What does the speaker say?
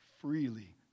freely